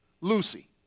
Lucy